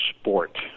Sport